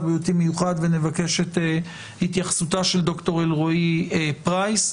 בריאותי מיוחד ונבקש את התייחסותה של ד"ר אלרואי פרייס.